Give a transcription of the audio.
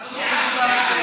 אנחנו בעד.